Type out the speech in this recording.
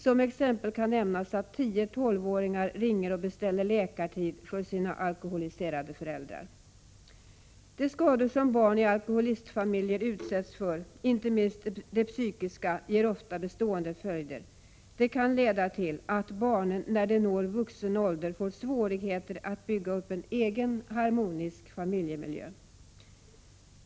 Som exempel kan nämnas att 10—12-åringar ringer och beställer läkartid för sina alkoholiserade föräldrar. De skador, inte minst de psykiska, som barn i alkoholistfamiljer utsätts för ger ofta bestående följder. Det kan leda till att barnen när de når vuxen ålder får svårigheter att bygga upp en egen harmonisk familjemiljö.